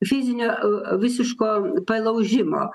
fizinio visiško palaužimo